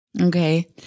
Okay